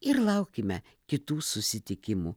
ir laukime kitų susitikimų